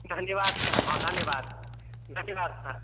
धन्यवाद हँ धन्यवाद धन्यवाद सर